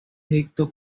egipto